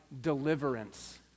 deliverance